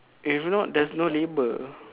if not there's no labour